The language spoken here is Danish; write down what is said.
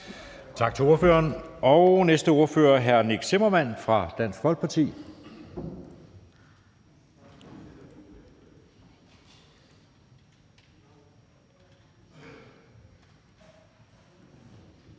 Tak til ordføreren. Næste ordfører er hr. Nick Zimmermann fra Dansk Folkeparti.